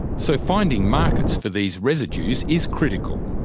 so finding markets for these residues is critical.